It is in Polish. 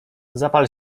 zapal